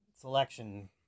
selection